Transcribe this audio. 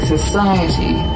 Society